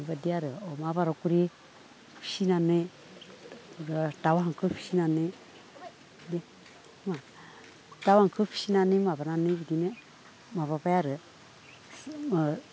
बेबायदि आरो अमा बार' खुरि फिसिनानै दाउ हांसो फिसिनानै दाउ हांसो फिसिनानै माबानानै बिदिनो माबाबाय आरो